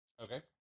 Okay